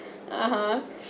(uh huh)